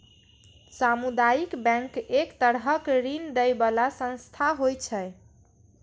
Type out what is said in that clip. सामुदायिक बैंक एक तरहक ऋण दै बला संस्था होइ छै